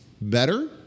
better